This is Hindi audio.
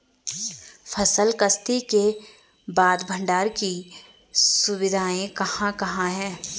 फसल कत्सी के बाद भंडारण की सुविधाएं कहाँ कहाँ हैं?